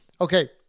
Okay